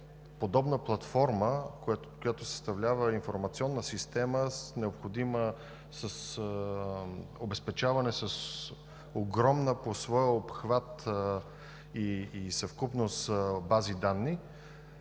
подобна платформа, която съставлява информационна система, необходима с обезпечаване, с огромна по своя обхват и съвкупност бази данни,